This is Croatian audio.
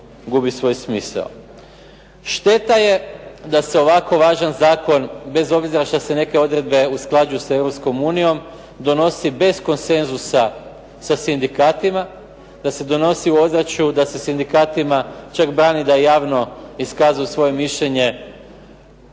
gubi svoj smisao. Šteta je da se ovako važan zakon bez obzira što se neke odredbe usklađuju sa Europskom unijom donosi bez konsenzusa sa sindikatima, da se donosi u ozračju da se sindikatima čak brani da javno iskazuju svoje mišljenje